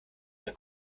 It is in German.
eine